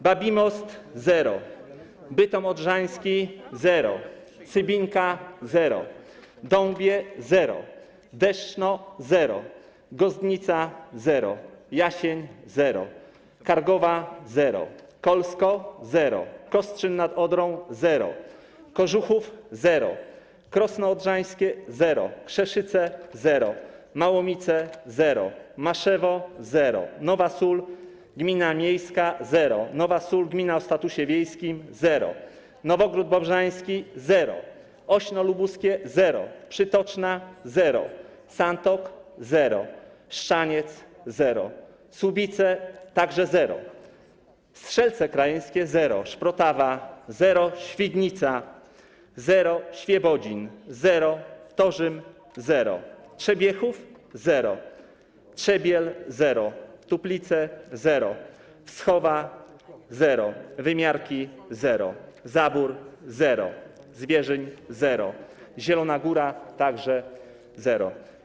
Babimost - zero, Bytom Odrzański - zero, Cybinka - zero, Dąbie - zero, Deszczno - zero, Gozdnica - zero, Jasień - zero, Kargowa - zero, Kolsko - zero, Kostrzyn nad Odrą - zero, Kożuchów - zero, Krosno Odrzańskie - zero, Krzeszyce - zero, Małomice - zero, Maszewo - zero, gmina miejska Nowa Sól - zero, gmina o statusie wiejskim Nowa Sól - zero, Nowogród Bobrzański - zero, Ośno Lubuskie - zero, Przytoczna - zero, Santok - zero, Szczaniec - zero, Słubice - także zero, Strzelce Krajeńskie - zero, Szprotawa - zero, Świdnica - zero, Świebodzin - zero, Torzym - zero, Trzebiechów - zero, Trzebiel - zero, Tuplice - zero, Wschowa - zero, Wymiarki - zero, Zabór - zero, Zwierzyń - zero, Zielona Góra - także zero.